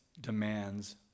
demands